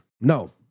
No